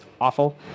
awful